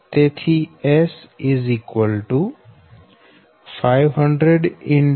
તેથી S 500 0